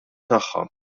tagħha